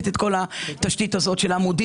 אין להם את כל התשתית הזאת של העמודים.